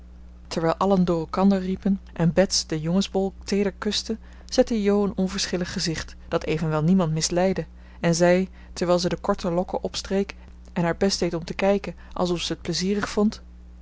terwijl allen door elkander riepen en bets den jongensbol teeder kuste zette jo een onverschillig gezicht dat evenwel niemand misleidde en zei terwijl ze de korte lokken opstreek en haar best deed om te kijken alsof ze t plezierig vond